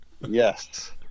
Yes